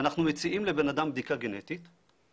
שאנחנו מציעים לבן אדם בדיקה גנטית זה